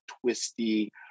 twisty